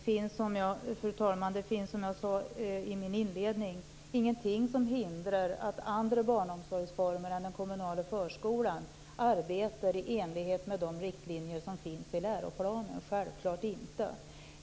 Fru talman! Som jag sade in min inledning finns det ingenting som hindrar att andra barnomsorgsformer än den kommunala förskolan arbetar i enlighet med de riktlinjer som finns i läroplanen. Så är det självfallet inte.